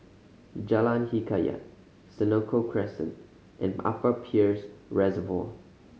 Jalan Hikayat Senoko Crescent and Upper Peirce Reservoir